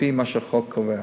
לפי מה שהחוק קובע.